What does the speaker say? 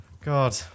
God